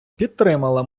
підтримала